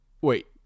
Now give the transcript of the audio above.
Wait